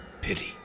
Pity